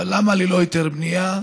אבל למה ללא היתר בנייה?